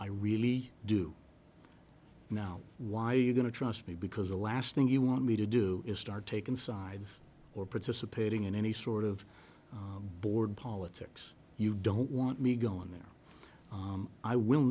i really do now why you're going to trust me because the last thing you want me to do is start taking sides or participating in any sort of board politics you don't want me going there i will